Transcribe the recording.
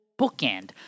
bookend